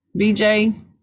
BJ